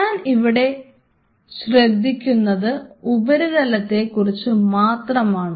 ഞാൻ ഇവിടെ ശ്രദ്ധിക്കുന്നത് ഉപരിതലത്തെ കുറിച്ചു മാത്രമാണ്